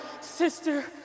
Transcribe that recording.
sister